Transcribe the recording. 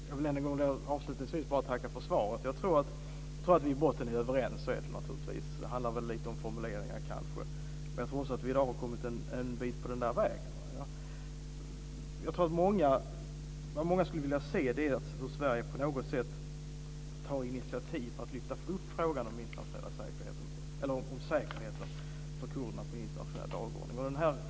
Fru talman! Jag vill avslutningsvis än en gång tacka för svaret. Vi är i botten överens. Det handlar kanske om några formuleringar, men jag tror att vi har kommit en bit på väg. Många skulle vilja se att Sverige tar initiativ för att lyfta upp frågan om säkerhet för kurderna internationellt sett.